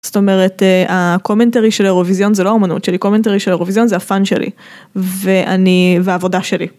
זאת אומרת הקומנטרי של אירוויזיון זה לא אמנות שלי קומנטרי של אירוויזיון זה הפן שלי ואני ועבודה שלי.